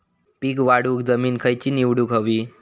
पीक वाढवूक जमीन खैची निवडुक हवी?